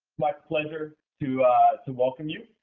my pleasure to to welcome you.